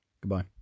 Goodbye